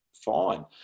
fine